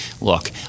Look